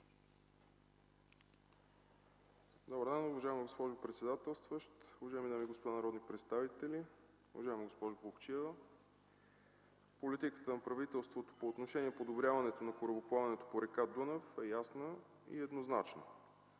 МОСКОВСКИ: Уважаема госпожо председател, уважаеми дами и господа народни представители, уважаема госпожо Плугчиева! Политиката на правителството по отношение подобряването на корабоплаването по река Дунав е ясна и еднозначна